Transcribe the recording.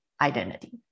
identity